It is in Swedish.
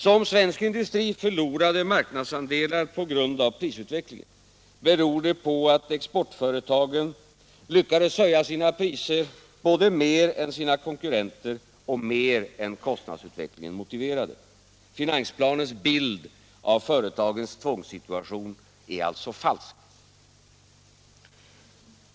Så om svensk industri förlorade marknadsandelar på grund av prisutvecklingen beror det på att exportföretagen lyckades höja sina priser både mer än sina konkurrenter och mer än vad kostnadsutvecklingen motiverade. Finansplanens bild av företagens tvångssituation är alltså falsk.